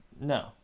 no